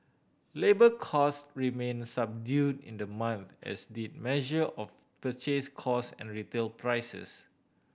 labour costs remained subdued in the month as did measure of purchase costs and retail prices